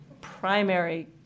primary